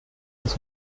ist